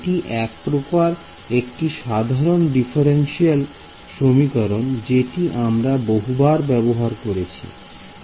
এটি এক প্রকার একটি সাধারণ ডিফারেনশিয়াল সমীকরণ যেটি আমরা বহুবার ব্যবহার করেছি